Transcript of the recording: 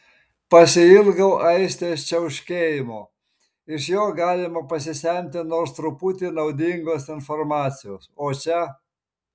pasiilgau aistės čiauškėjimo iš jo galima pasisemti nors truputį naudingos informacijos o čia